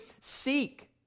seek